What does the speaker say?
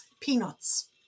peanuts